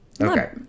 okay